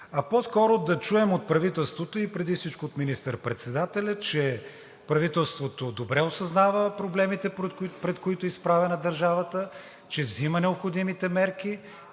а по-скоро да чуем от правителството и преди всичко от министър-председателя, че правителството добре осъзнава проблемите, пред които е изправена държавата, че взима необходимите мерки,